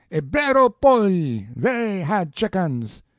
ebbero polli, they had chickens!